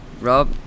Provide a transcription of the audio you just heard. Rob